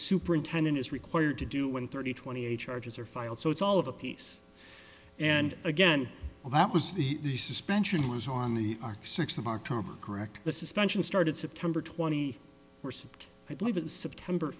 superintendent is required to do when thirty twenty eight charges are filed so it's all of a piece and again well that was the suspension was on the arc six of october correct the suspension started september twenty first i believe in september